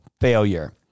failure